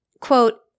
Quote